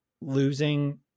losing